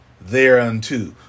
thereunto